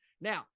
Now